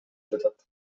жатат